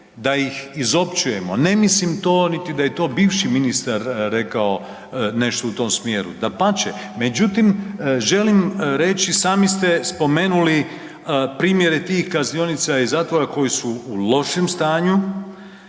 da ih izopćujemo, ne mislim to niti da je to bivši ministar rekao nešto u tom smjeru, dapače. Međutim, želim reći, sami ste spomenuli primjere tih kaznionica i zatvora koji su u lošem stanju,